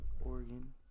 Oregon